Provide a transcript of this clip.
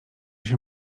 się